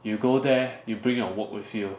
you go there you bring your work with you